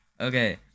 Okay